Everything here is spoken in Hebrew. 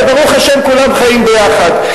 וברוך השם כולם חיים ביחד.